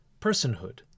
personhood